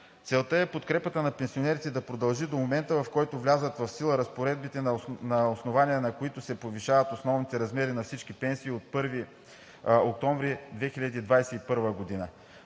Целта е подкрепата за пенсионерите да продължи до момента, в който влязат в сила разпоредбите, на основание на които се повишават основните размери на всички пенсии – от 1 октомври 2021 г.